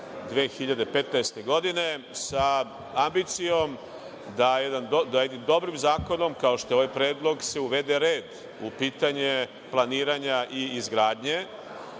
2015. godine, sa ambicijom da jednim dobrim zakonom, kao što je ovaj predlog, se uvede red u pitanje planiranja i izgradnje,